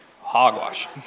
Hogwash